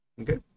Okay